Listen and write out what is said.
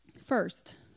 First